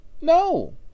no